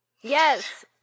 Yes